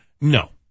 No